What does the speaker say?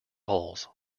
hulls